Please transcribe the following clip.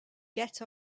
get